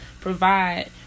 provide